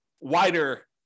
wider